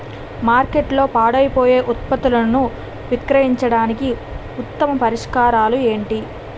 మార్కెట్లో పాడైపోయే ఉత్పత్తులను విక్రయించడానికి ఉత్తమ పరిష్కారాలు ఏంటి?